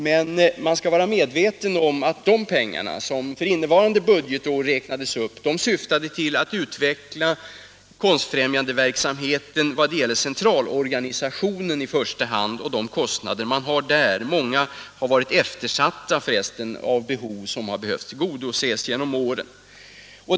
Men man skall vara medveten om att de pengar som där har tillkommit för innevarande budgetår syftar till att utveckla Konstfrämjandets verksamhet i första hand när det gäller centralorganisationen och att bestrida de kostnader som man där har. Många behov har för resten varit eftersatta genom åren.